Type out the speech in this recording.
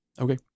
Okay